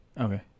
Okay